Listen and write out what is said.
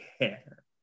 care